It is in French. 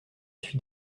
suis